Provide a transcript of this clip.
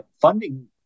funding